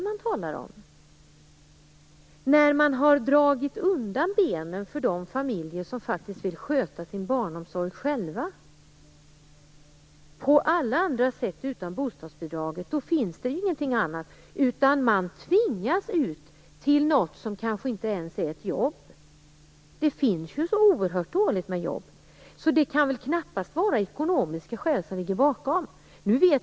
Man har dragit undan benen - på alla andra sätt utom bostadsbidraget - för de familjer som vill sköta sin barnomsorg själva. Då finns det inget annat, utan dessa människor tvingas ut till något som kanske inte ens är ett jobb. Det finns ju så oerhört dåligt med jobb. Det kan alltså knappast vara ekonomiska skäl som ligger bakom.